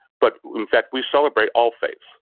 but in fact, we celebrate all faiths.